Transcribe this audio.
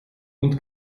und